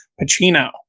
Pacino